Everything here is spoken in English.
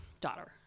daughter